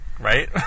Right